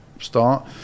start